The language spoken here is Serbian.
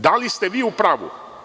Da li ste vi u pravu?